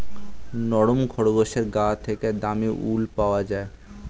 নরম খরগোশের গা থেকে দামী উল পাওয়া যায়